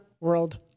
World